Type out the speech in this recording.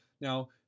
Now